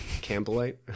Campbellite